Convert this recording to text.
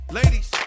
ladies